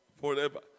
Forever